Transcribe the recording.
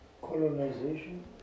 Colonization